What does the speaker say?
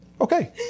okay